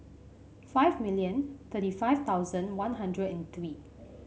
five million thirty five thousand One Hundred and three